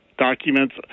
documents